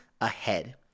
ahead